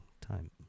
time